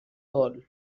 hole